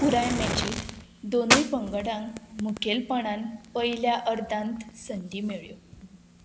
पुराय मॅचींत दोनूय पंगडांक मुखेलपणान पयल्या अर्दांत संदी मेळ्यो